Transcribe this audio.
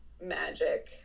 magic